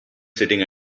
sitting